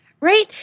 right